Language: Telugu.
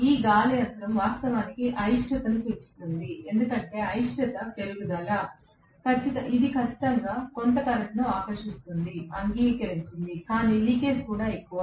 ఆ గాలి అంతరం వాస్తవానికి అయిష్టతను పెంచుతుంది ఎందుకంటే అయిష్టత పెరుగుదల ఇది ఖచ్చితంగా కొంత కరెంట్ను ఆకర్షిస్తుంది అంగీకరించింది కాని లీకేజీ కూడా ఎక్కువ